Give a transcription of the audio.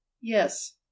Yes